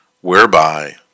whereby